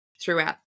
throughout